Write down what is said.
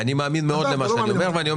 אני מאמין מאוד למה שאני אומר.